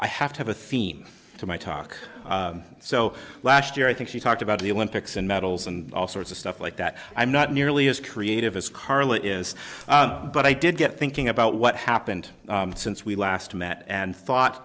i have to have a theme to my talk so last year i think she talked about the olympics and medals and all sorts of stuff like that i'm not nearly as creative as carla is but i did get thinking about what happened since we last met and thought